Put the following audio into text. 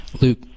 Luke